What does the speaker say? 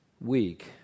week